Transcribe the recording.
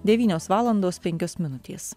devynios valandos penkios minutės